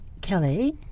Kelly